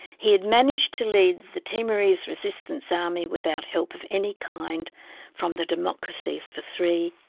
he had managed to lead the timorese resistance army without help of any kind from the democracies for three,